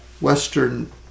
Western